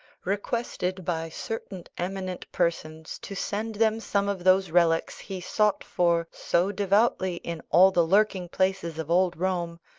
requested by certain eminent persons to send them some of those relics he sought for so devoutly in all the lurking-places of old rome,